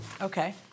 Okay